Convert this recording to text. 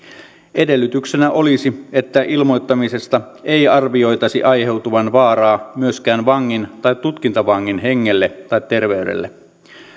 edellytyksenä olisi että ilmoittamisesta ei arvioitaisi aiheutuvan vaaraa myöskään vangin tai tutkintavangin hengelle tai terveydelle